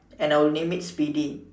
and I will name it speedy